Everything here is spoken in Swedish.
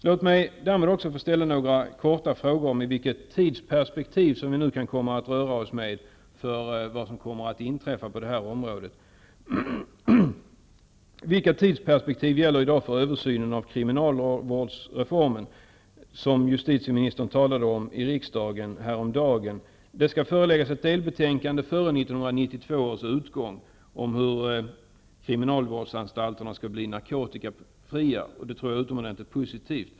Låt mig också få ställa några korta frågor om vilket tidsperspektiv vi nu kan komma att röra oss med när det gäller vad som kan komma att inträffa på det här området. Vilka tidsperspektiv gäller i dag för översynen av kriminalvårdsreformen, som justitieministern talade om i riksdagen häromdagen? Det skall före 1992 års utgång föreligga ett delbetänkande om hur kriminalvårdsanstalterna skall bli narkotikafria; det tror jag är utomordentligt positivt.